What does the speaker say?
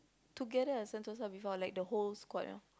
together Sentosa before like the whole squad lor